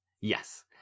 Yes